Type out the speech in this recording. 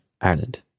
Ireland